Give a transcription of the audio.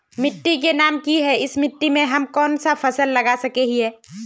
मिट्टी के नाम की है इस मिट्टी में हम कोन सा फसल लगा सके हिय?